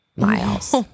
miles